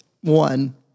one